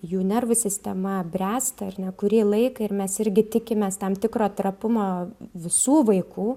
jų nervų sistema bręsta ar ne kurį laiką ir mes irgi tikimės tam tikro trapumo visų vaikų